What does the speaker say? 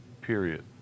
period